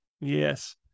yes